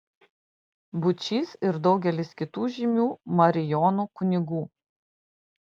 būčys ir daugelis kitų žymių marijonų kunigų